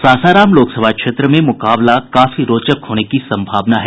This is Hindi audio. सासाराम लोकसभा क्षेत्र में मुकाबला काफी रोचक होने की संभावना है